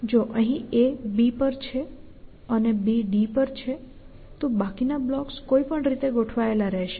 જો અહીં A B પર છે અને B D પર છે તો બાકીના બ્લોક્સ કોઈપણ રીતે ગોઠવાયેલા રહેશે